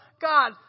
God